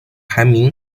排名